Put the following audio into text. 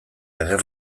ager